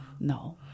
No